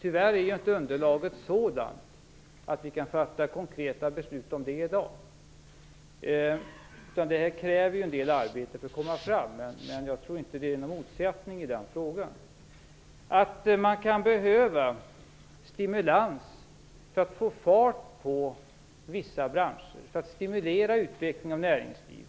Tyvärr är inte underlaget sådant att vi kan fatta konkreta beslut om det i dag, utan det krävs en del arbete för att få fram ett sådant. Men jag tror inte att det finns någon motsättning i den frågan. Att det kan behövas stimulans för att få fart på vissa branscher, för utveckling av näringsliv